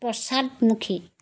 পশ্চাদমুখী